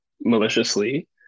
maliciously